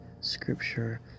scripture